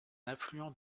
affluent